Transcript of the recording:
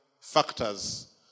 factors